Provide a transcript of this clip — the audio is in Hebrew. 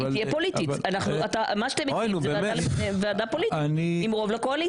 היא תהיה פוליטית עם רוב לקואליציה.